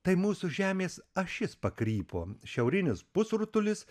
tai mūsų žemės ašis pakrypo šiaurinis pusrutulis